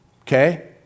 Okay